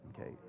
okay